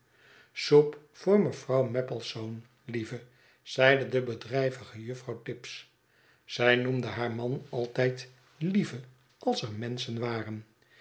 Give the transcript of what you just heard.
voor mevrouw maplesone lieve zeide de bedrijvige juffrouw tibbs zij noemde haar man altijd lieve als er menschen waren